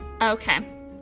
okay